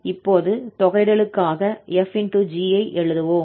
இப்போது தொகையிடலுக்காக 𝑓 ∗ 𝑔 ஐ எழுதுவோம்